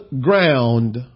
ground